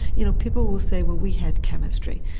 you know people will say well we had chemistry.